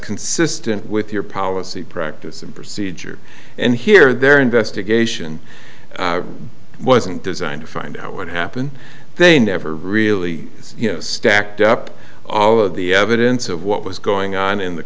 consistent with your policy practice and procedure and here their investigation wasn't designed to find out what happened they never really stacked up all of the evidence of what was going on in the